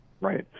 Right